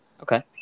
Okay